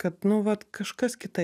kad nu vat kažkas kitaip